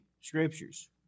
scriptures